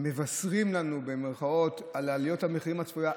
ו"מבשרים" לנו על עליית המחירים הצפויה.